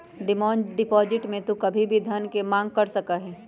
demand deposit में तू कभी भी धन के मांग कर सका हीं